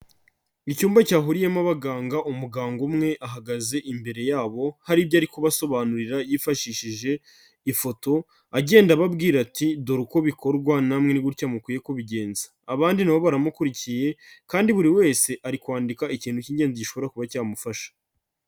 Icyumba cyahuriyemo abaganga, umuganga umwe ahagaze imbere yabo hari ibyo ari kubasobanurira yifashishije ifoto agenda ababwira ati; dore uko bikorwa namwe ni gutya mukwiye kubigenza, abandi na bo baramukurikiye kandi buri wese ari kwandika ikintu cy'ingenzi gishobora kuba cyamufasha.